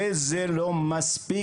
זה לא מספיק,